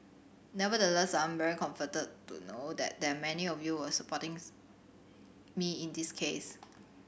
nevertheless I am very comforted to know that that many of you were supporting me in this case